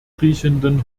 riechenden